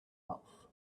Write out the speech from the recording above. mouth